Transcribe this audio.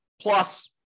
plus